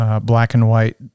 black-and-white